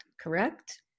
correct